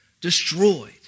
destroyed